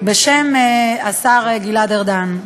בשם השר גלעד ארדן.